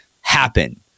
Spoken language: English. happen